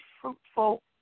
fruitful